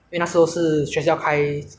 所以我就通常做后港